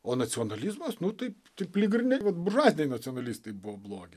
o nacionalizmas nu taip taip lyg ir ne vat buržuaziniai nacionalistai buvo blogi